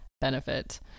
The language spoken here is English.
benefit